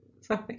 sorry